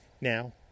now